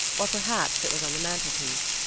or perhaps it was on the mantelpiece.